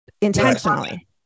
intentionally